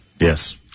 Yes